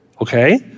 okay